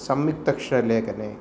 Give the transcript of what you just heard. संयुक्ताक्षरलेखने